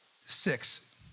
Six